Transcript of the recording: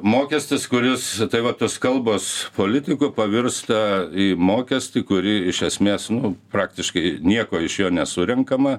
mokestis kuris tai va tos kalbos politikų pavirsta į mokestį kurį iš esmės nu praktiškai nieko iš jo nesurenkama